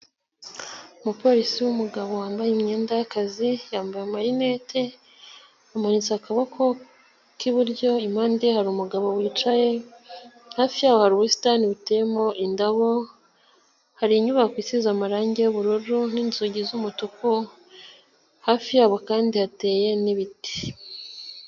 Umupolisi w'umugabo wambaye imyenda y'akazi, yambaye amarinnete, amanitse akaboko k'iburyo, impande ye hari umugabo wicaye, hafi y'aho hari ubusitani buteyemo indabo, hari inyubako isize amarangi y'ubururu n'inzugi z'umutuku, hafi yabo kandi hateye n'ibiti.